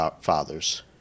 fathers